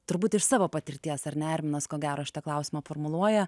turbūt iš savo patirties ar ne arminas ko gero šitą klausimą formuluoja